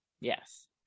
yes